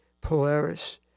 Polaris